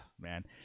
Man